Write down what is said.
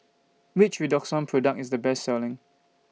Which Redoxon Product IS The Best Selling